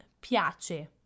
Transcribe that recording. piace